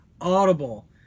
Audible